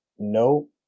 No